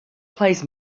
plays